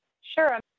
Sure